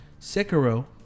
Sekiro